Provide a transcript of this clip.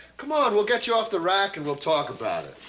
come on, we'll get you off the rack and we'll talk about it.